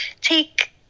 take